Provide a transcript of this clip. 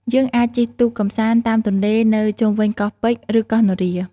យើងអាចជិះទូកកម្សាន្តតាមទន្លេនៅជុំវិញកោះពេជ្រ ឬកោះនរា។